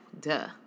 Duh